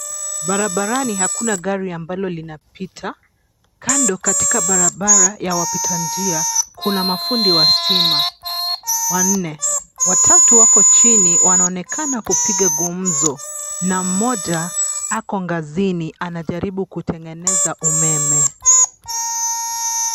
Barabarani hakuna gari ambalo linapita. Kando katika barabara ya wapita njia, kuna mafundi wa stima wanne. Watatu wako chini wanaonekana kupiga gumzo na mmoja ako ngazini anajaribu kutengeneza umeme.